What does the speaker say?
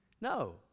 No